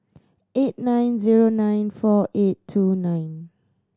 eight nine zero nine four eight two nine